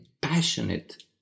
passionate